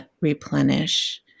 replenish